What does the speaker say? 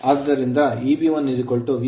ಆದ್ದರಿಂದ Eb1 V Ia1 ra